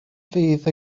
fydd